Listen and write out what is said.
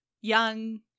young